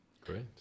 Great